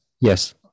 yes